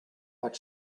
but